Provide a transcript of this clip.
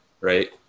right